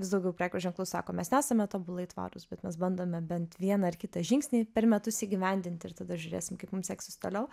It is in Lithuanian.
vis daugiau prekių ženklų sako mes nesame tobulai tvarūs bet mes bandome bent vieną ar kitą žingsnį per metus įgyvendinti ir tada žiūrėsim kaip mums seksis toliau